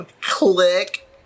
Click